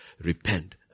repent